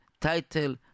title